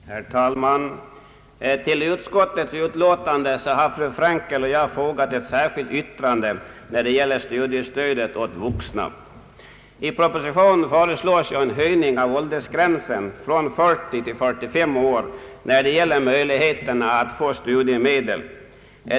Herr talman! Till utskottets utlåtande har fru Frenkel och jag fogat ett särskilt yttrande avseende studiestödet åt vuxna. I propositionen föreslås en höjning av åldersgränsen från 40 till 45 år när det gäller möjligheterna att få studiemedel.